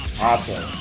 awesome